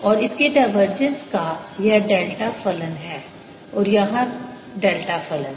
और इसके डायवर्जेंस का यह डेल्टा फलन है और यहाँ डेल्टा फलन